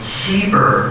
cheaper